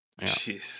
Jeez